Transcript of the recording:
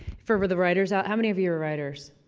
for for the writers out. how many of you are writers?